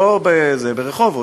ברחובות,